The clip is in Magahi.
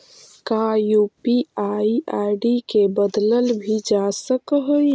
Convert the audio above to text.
का यू.पी.आई आई.डी के बदलल भी जा सकऽ हई?